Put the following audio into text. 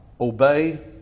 obey